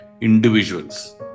individuals